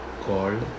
called